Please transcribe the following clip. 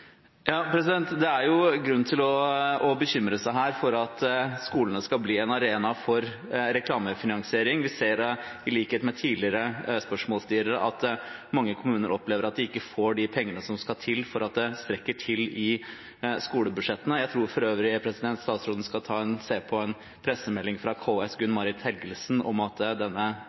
Det er grunn til å bekymre seg for at skolene skal bli en arena for reklamefinansiering. Vi ser i sammenheng med tidligere spørsmål at mange kommuner opplever at de ikke får de pengene som skal til for at det strekker til i skolebudsjettene. Jeg tror for øvrig statsråden skal se på en pressemelding fra Gunn Marit Helgesen i KS om at denne